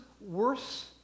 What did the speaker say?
worse